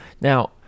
Now